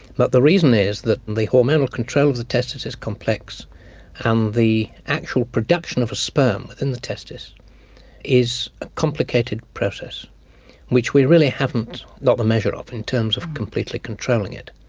but the reason is that the hormonal control of the testes is is complex and the actual production of a sperm in the testes is a complicated process which we really haven't got the measure of in terms of completely controlling it.